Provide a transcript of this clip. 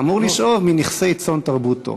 אמור לשאוב מנכסי צאן תרבותו.